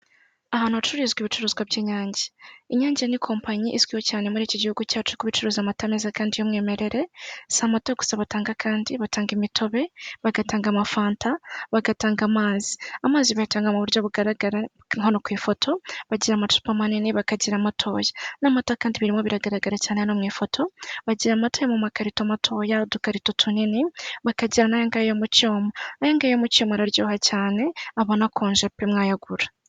Ahantu hacururizwa ibicuruzwa by'Inyange. Inyange ni kompanyi izwiho cyane muri iki gihugu cyacu kuba icuruza amata meza kandi y'umwimerere si amata gusa batanga kandi batanga imitobe, bagatanga amafanta, bagatanga amazi; amazi bayatanga mu buryo bugaragara hano ku ifoto bagira amacupa manini bakagira amatoya n'amata kandi birimo biragaragara cyane hano mu ifoto; bagira amata yo mu makarito mato ya, udukarito tunini bakagira n'ayangaya yo mu cyuma, ayangaya yo cyuma aryoha cyane aba anakonje pe mwayagura.